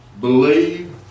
Believe